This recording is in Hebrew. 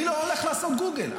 אני לא הולך לעשות גוגל,